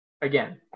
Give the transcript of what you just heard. again